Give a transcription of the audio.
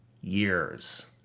years